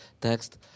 text